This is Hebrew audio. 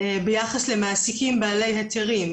ביחס למעסיקים בעלי היתרים.